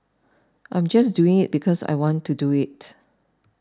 I am just doing it because I want to do it